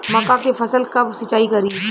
मका के फ़सल कब सिंचाई करी?